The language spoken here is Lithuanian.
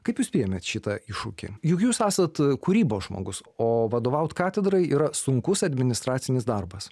kaip jūs priėmėt šitą iššūkį juk jūs esat kūrybos žmogus o vadovaut katedrai yra sunkus administracinis darbas